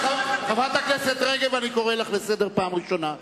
חברת הכנסת רגב, אני קורא לך לסדר פעם ראשונה.